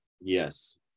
Yes